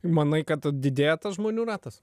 manai kad didėja tas žmonių ratas